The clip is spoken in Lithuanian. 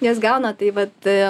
jas gauna tai vat